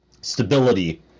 stability